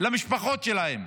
למשפחות שלהם.